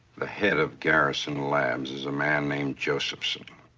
the head of garrison labs is a man named josephson.